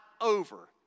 over